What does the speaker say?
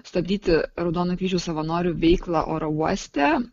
stabdyti raudonojo kryžiaus savanorių veiklą oro uoste